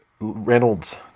Reynolds